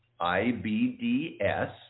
IBDS